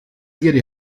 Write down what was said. ihre